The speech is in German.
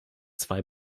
zwei